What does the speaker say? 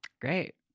great